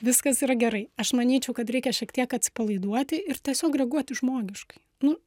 viskas yra gerai aš manyčiau kad reikia šiek tiek atsipalaiduoti ir tiesiog reaguoti į žmogiškai nu